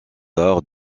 arts